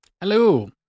Hello